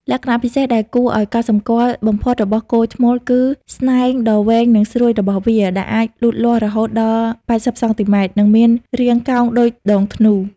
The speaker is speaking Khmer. លក្ខណៈពិសេសដែលគួរឱ្យកត់សម្គាល់បំផុតរបស់គោឈ្មោលគឺ ស្នែងដ៏វែងនិងស្រួចរបស់វា ដែលអាចលូតលាស់រហូតដល់ ៨០ សង់ទីម៉ែត្រ និងមានរាងកោងដូចដងធ្នូ។